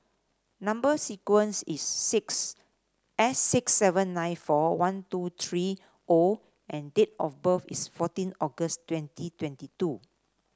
number sequence is six S six seven nine four one two three O and date of birth is fourteen August twenty twenty two